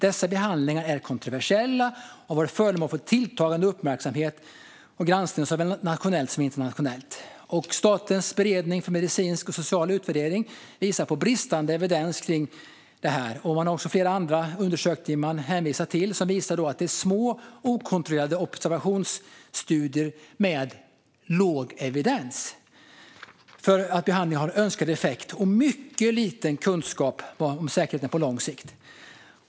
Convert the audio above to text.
Dessa behandlingar är kontroversiella och har varit föremål för en tilltagande uppmärksamhet och granskning såväl nationellt som internationellt på senare tid." Statens beredning för medicinsk och social utvärdering visar på bristande evidens kring detta. Man hänvisar också till att de studier som gjorts är små, okontrollerade observationsstudier med låg evidens för att behandlingen har önskad effekt och att det finns mycket liten kunskap om säkerheten på lång sikt.